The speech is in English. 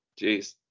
Jeez